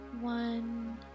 one